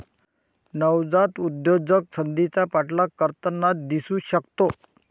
नवजात उद्योजक संधीचा पाठलाग करताना दिसू शकतो